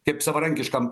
kaip savarankiškam